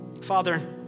Father